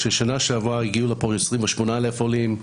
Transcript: כשבשנה שעברה הגיעו לפה 28,000 עולים,